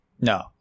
No